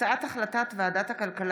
חוק הנכים (תגמולים ושיקום)